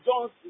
John's